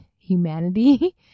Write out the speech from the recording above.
humanity